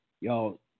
Y'all